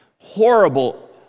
horrible